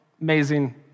amazing